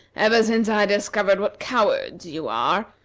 ever since i discovered what cowards you are,